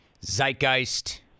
Zeitgeist